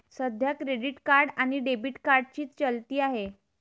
सध्या credit card आणि debit कार्डची चलती आहे